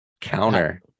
counter